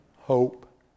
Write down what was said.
hope